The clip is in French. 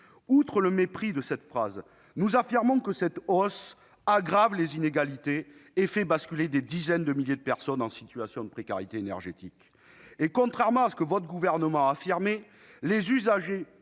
phrase ! Contrairement à lui, nous affirmons que cette hausse aggrave les inégalités et fait basculer des dizaines de milliers de personnes en situation de précarité énergétique. Et contrairement à ce que le Gouvernement a affirmé, les usagers,